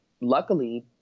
luckily